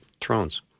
thrones